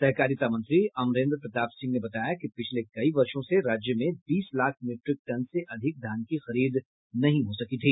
सहकारिता मंत्री अमरेन्द्र प्रताप सिंह ने बताया कि पिछले कई वर्षो से राज्य में बीस लाख मीट्रिक टन से अधिक धान की खरीद नहीं हो सकी थी